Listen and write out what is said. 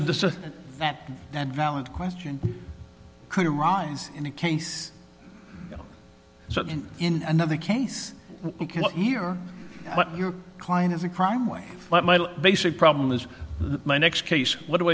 a decision and valid question could arise in a case in another case here your client is a crime way basic problem is my next case what do